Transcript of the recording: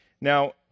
Now